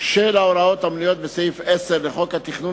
של ההוראות המנויות בסעיף 10 לחוק התכנון